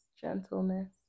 gentleness